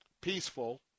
peaceful